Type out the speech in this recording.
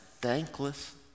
thankless